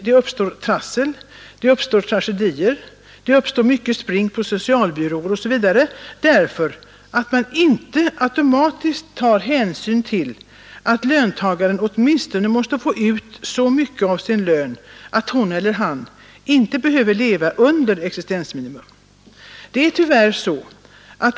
Det uppstår trassel och tragedier, och det blir mycket spring till socialbyråerna osv., därför att man inte automatiskt tar hänsyn till att löntagaren åtminstone måste ha ut så mycket av sin lön att han eller hon inte behöver leva under existensminimum.